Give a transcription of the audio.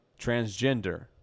Transgender